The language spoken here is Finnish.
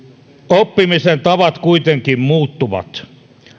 oppimisen tavat kuitenkin muuttuvat